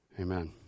Amen